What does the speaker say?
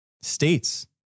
States